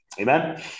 Amen